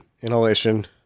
Inhalation